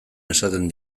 esaten